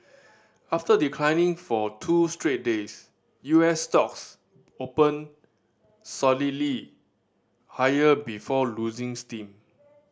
after declining for two straight days U S stocks opened solidly higher before losing steam